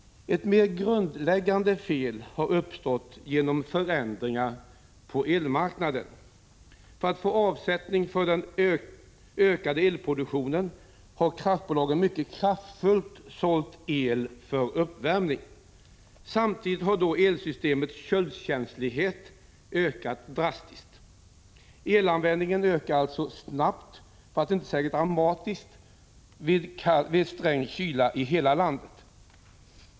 Ett mer grundläggande fel har uppstått genom förändringar på elmarknaden. För att få avsättning för den ökade elproduktionen har kraftbolagen mycket kraftfullt sålt el för uppvärmning. Samtidigt har då elsystemets köldkänslighet ökat drastiskt. Elanvändningen ökar alltså snabbt, för att inte säga dramatiskt, vid sträng kyla i hela landet.